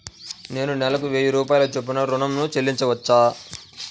నేను నెలకు వెయ్యి రూపాయల చొప్పున ఋణం ను చెల్లించవచ్చా?